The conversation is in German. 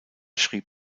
schrieb